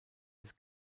des